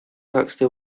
sixty